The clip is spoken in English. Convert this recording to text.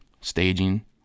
staging